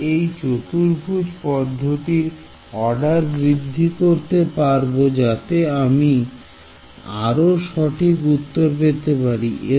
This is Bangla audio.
আমি এই চতুর্ভুজ পদ্ধতি অর্ডার বৃদ্ধি করতে পারব যাতে আমি আরো সঠিক উত্তর পেতে পারি